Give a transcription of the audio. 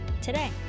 today